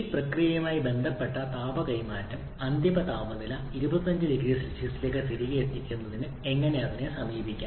ഈ പ്രക്രിയയുമായി ബന്ധപ്പെട്ട താപ കൈമാറ്റം അന്തിമ താപനില 25 0 സിയിലേക്ക് തിരികെ എത്തിക്കുന്നതിന് എങ്ങനെ അതിനെ സമീപിക്കാം